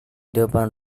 depan